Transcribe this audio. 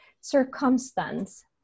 circumstance